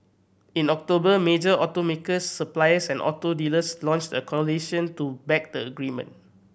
in October major automakers suppliers and auto dealers launched a coalition to back the agreement